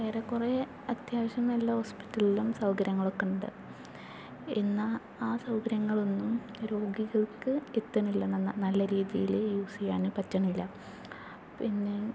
ഏറെക്കുറേ അത്യാവശ്യം നല്ല ഹോസ്പിറ്റലിലും സൗകര്യങ്ങളൊക്കെയുണ്ട് എന്നാൽ ആ സൗകര്യങ്ങളൊന്നും രോഗികൾക്ക് എത്തണില്ല നല്ല രീതിയില് യൂസ് ചെയ്യാനും പറ്റണില്ല പിന്നെ